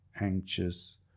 anxious